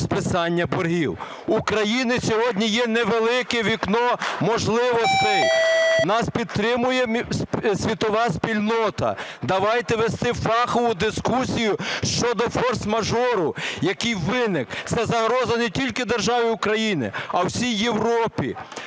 У країни сьогодні є невелике вікно можливостей, нас підтримує світова спільнота, давайте вести фахову дискусію щодо форс-мажору, який виник. Це загроза не тільки державі Україна, а всій Європі.